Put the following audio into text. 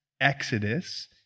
exodus